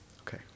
Okay